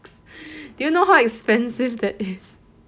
do you know how expensive that is